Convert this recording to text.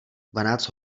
dvanáct